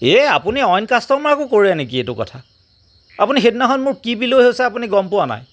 এই আপুনি অইন কাষ্টটমাৰকো কৰে নেকি এইটো কথা আপুনি সেইদিনাখন মোৰ কি বিলৈই হৈছে আপুনি গম পোৱা নাই